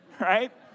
Right